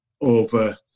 over